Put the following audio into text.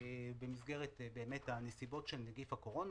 באמת במסגרת הנסיבות נגיף הקורונה.